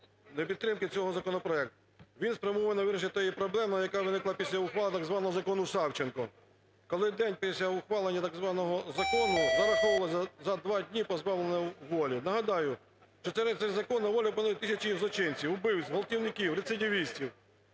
підтримки цього законопроекту. Він спрямований на вирішення тієї проблеми, яка виникла після ухвали так званого закону Савченко, коли день після ухвалення так званого закону зараховувалося за два дні позбавлення волі. Нагадаю, що завдяки цьому закону на волю вийшло тисяча злочинців, вбивць, ґвалтівників, рецидивістів,